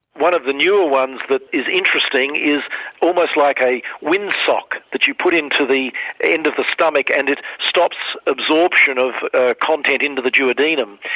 one of the newer ones that is interesting is almost like a wind sock that you put into the end of the stomach and it stops absorption of ah content into the duodenum,